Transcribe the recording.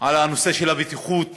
על הנושא של הבטיחות